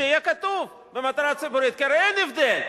שיהיה כתוב "במטרה ציבורית" כי הרי אין הבדל.